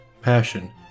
Passion